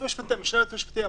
המשנה ליועץ המשפטי אמר: